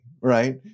right